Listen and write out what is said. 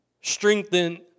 strengthen